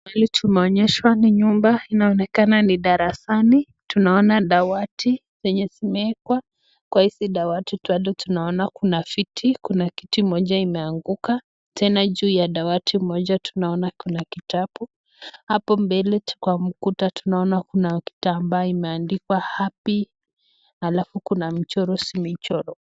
Mahali tumeonyeshwa ni nyumba inaonekana ni darasani. Tunaona dawati zenye zimeekwa. Kwa hizi dawati tu tunaona kuna viti, kuna kiti moja imeanguka. Tena juu ya dawati moja tunaona kuna kitabu. Hapo mbele kwa mkuta tunaona kuna kitamba imeandikwa happy alafu kuna mchororo zimechorwa.